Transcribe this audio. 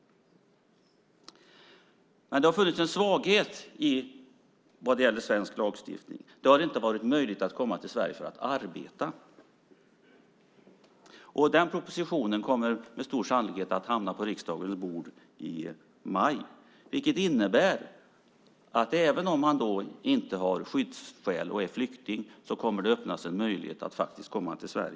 Det har funnits en svaghet vad gäller svensk lagstiftning. Det har inte varit möjligt att komma till Sverige för att arbeta. Den propositionen kommer med stor sannolikhet att hamna på riksdagens bord i maj, vilket innebär att även om man inte har skyddsskäl och är flykting kommer det att öppnas en möjlighet att faktiskt komma till Sverige.